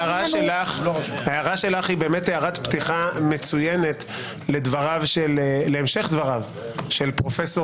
הערת הפתיחה שלך מצוינת להמשך דבריו של פרופ'